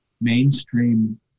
mainstream